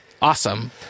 Awesome